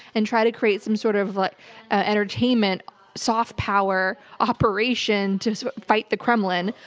and try to create some sort of but ah entertainment soft power operation to fight the kremlin,